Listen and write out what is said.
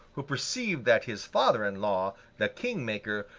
who perceived that his father-in law, the king-maker,